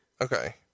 Okay